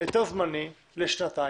היתר זמני לשנתיים,